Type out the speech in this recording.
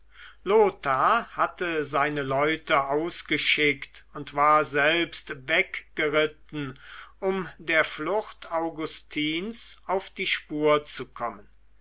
lothario hatte seine leute ausgeschickt und war selbst weggeritten um der flucht augustins auf die spur zu kommen